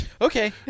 okay